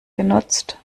genutzt